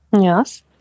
Yes